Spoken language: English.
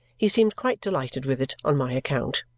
he seemed quite delighted with it on my account.